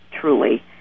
truly